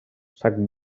sac